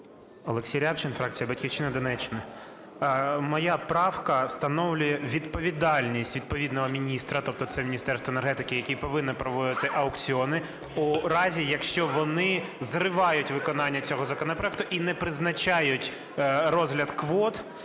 Олексій Рябчин, фракція "Батьківщина", Донеччина. Моя правка встановлює відповідальність відповідного міністра, тобто це Міністерство енергетики, який повинен проводити аукціони, у разі, якщо вони зривають виконання цього законопроекту і не призначають розгляд квот,